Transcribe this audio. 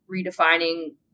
redefining